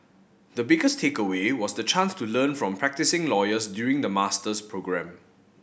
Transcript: the biggest takeaway was the chance to learn from practising lawyers during the master's programme